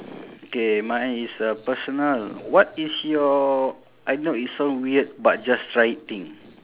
okay mine is a personal what is your I know it sound weird but just try it thing